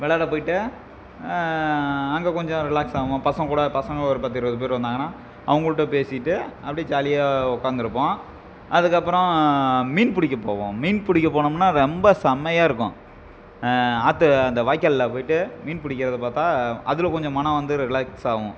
விளாட போய்விட்டு அங்கே கொஞ்சம் ரிலாக்ஸ் ஆவேன் பசங்கள் கூட பசங்கள் ஒரு பத்து இருபது பேர் வந்தாங்கன்னால் அவங்கள்ட்ட பேசிவிட்டு அப்படியே ஜாலியாக உட்காந்துருப்போம் அதுக்கப்புறம் மீன் பிடிக்கப் போவோம் மீன் பிடிக்கப் போனோம்னால் ரொம்ப செமையாக இருக்கும் ஆற்று அந்த வாய்க்காலில் போய்விட்டு மீன் பிடிக்கறத பார்த்தா அதில் கொஞ்சம் மனம் வந்து ரிலாக்ஸ் ஆகும்